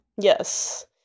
Yes